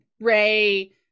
Ray